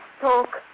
talk